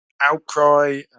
outcry